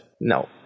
No